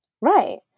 Right